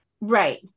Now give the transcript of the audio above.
Right